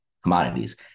commodities